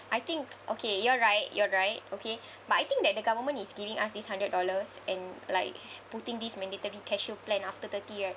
I think okay you're right you're right okay but I think that the government is giving us this hundred dollars and like putting this mandatory CareShield plan after thirty right